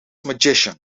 magician